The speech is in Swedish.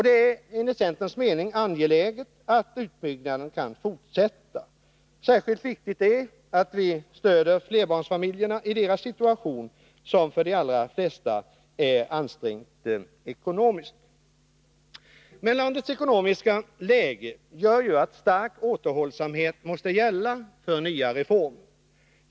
Det är enligt centerns mening angeläget att utbyggnaden kan fortsätta. Särskilt viktigt är det att vi stöder flerbarnsfamiljerna i deras situation, som för de allra flesta är ansträngd ekonomiskt. Landets ekonomiska läge gör att stark återhållsamhet måste gälla för nya reformer.